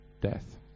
death